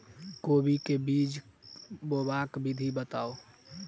कोबी केँ बीज बनेबाक विधि बताऊ?